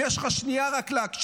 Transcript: אם יש לך שנייה רק להקשיב,